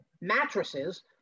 mattresses